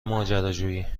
ماجراجویی